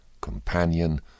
companion